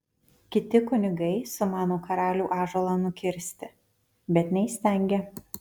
kiti kunigai sumano karalių ąžuolą nukirsti bet neįstengia